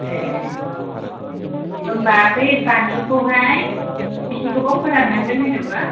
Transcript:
ए होमबा बे बानलुखौहाय बेसे गोबाव फोराननांगोन जेनेबा